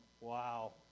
Wow